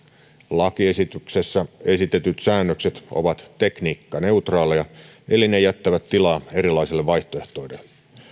lakiesityksessä esitetyt säännökset ovat tekniikkaneutraaleja eli ne jättävät tilaa erilaisille vaihtoehdoille